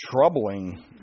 troubling